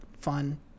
fun